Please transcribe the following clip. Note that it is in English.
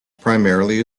primarily